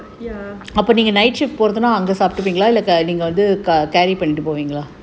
ya